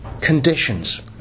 conditions